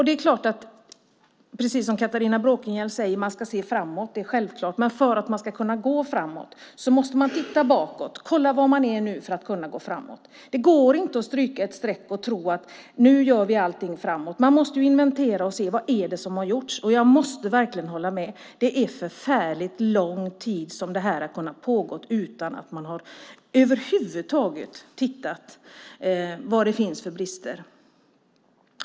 Självklart ska man, som Catharina Bråkenhielm sade, se framåt, men för att kunna gå framåt måste man titta bakåt och se var man är. Det går inte att stryka ett streck över det som har varit och gå framåt. Man måste inventera och se vad som har gjorts, och jag måste hålla med om att det är förfärligt lång tid som det här har kunnat pågå utan att man över huvud taget har tittat på vad det finns för brister.